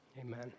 Amen